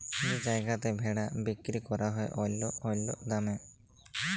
যেই জায়গাতে ভেড়া বিক্কিরি ক্যরা হ্যয় অল্য অল্য দামে